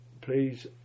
Please